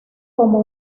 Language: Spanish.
como